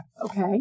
Okay